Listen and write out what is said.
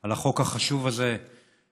על החוק החשוב הזה שמחייב